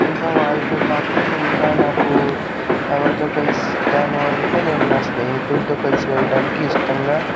ఇంకా వాళ్ళతో కాకుండా ఇంకా నాకు ఎవరితో కలుస్తాను అంటే నేను నా స్నేహితులతో కలిసి వెళ్ళడానికి ఇష్టంగా